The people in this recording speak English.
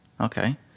Okay